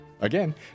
Again